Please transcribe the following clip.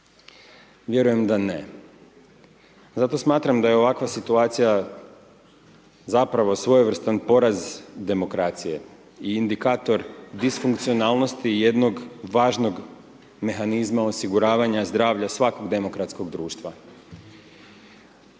uvjetima Zato smatram da je ovakva situacija zapravo svojevrstan poraz demokracije i indikator disfunkcionalnosti jednog važnog mehanizma osiguravanja zdravlja svakog demokratskog društva.